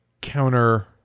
counter